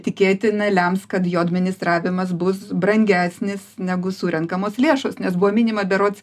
tikėtina lems kad jo administravimas bus brangesnis negu surenkamos lėšos nes buvo minima berods